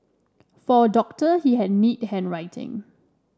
for a doctor he had neat handwriting